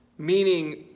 Meaning